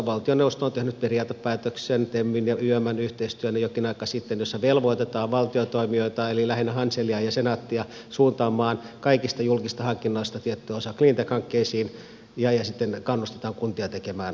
valtioneuvosto on tehnyt jokin aika sitten temn ja ymn yhteistyönä periaatepäätöksen jossa velvoitetaan valtiotoimijoita eli lähinnä hanselia ja senaattia suuntaamaan kaikista julkisista hankinnoista tietty osa cleantech hankkeisiin ja sitten kannustetaan kuntia tekemään samoin